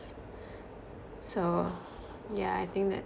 so yeah I think that